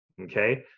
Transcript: Okay